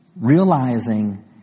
realizing